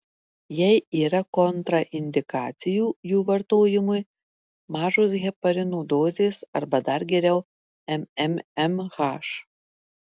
jei yra kontraindikacijų jų vartojimui mažos heparino dozės arba dar geriau mmmh